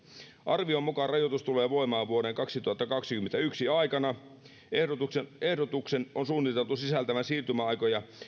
arvion mukaan rajoitus tulee voimaan vuoden kaksituhattakaksikymmentäyksi aikana ehdotuksen ehdotuksen on suunniteltu sisältävän siirtymäaikoja